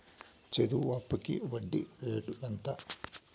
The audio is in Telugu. చదువు అప్పుకి వడ్డీ రేటు ఎంత?